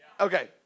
Okay